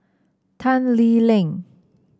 Tan Lee Leng